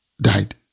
died